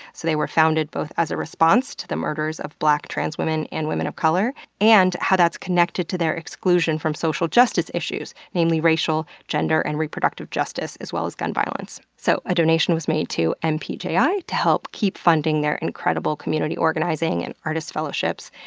so they were founded both as a response to the murders of black trans women and women of color and how that's connected to their exclusion from social justice issues namely racial, gender, and reproductive justice, as well as gun violence. so a donation was made to mpji to help keep funding their incredible community organizing and artists' fellowships.